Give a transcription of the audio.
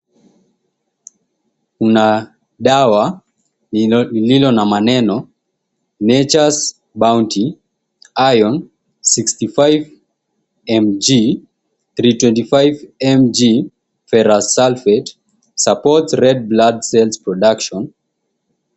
Kuna dawa lililo na maneno, Nature's Bounty, Iron 65 mg, 325 mg Ferrous Sulfate, Supports Red Blood Cells Production.